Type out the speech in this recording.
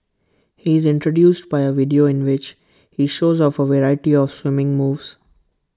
he is introduced by A video in which he shows off A variety of swimming moves